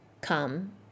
come